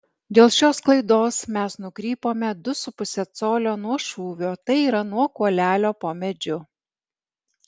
dėl šios klaidos mes nukrypome du su puse colio nuo šūvio tai yra nuo kuolelio po medžiu